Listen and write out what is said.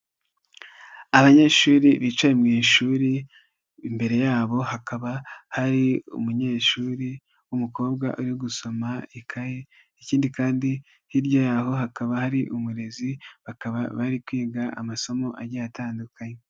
Abanyeshuri bicaye mu ishuri, imbere yabo hakaba hari umunyeshuri w'umukobwa uri gusoma ikayi ikindi kandi hirya yaho hakaba hari umurezi, bakaba bari kwiga amasomo agiye atandukanye.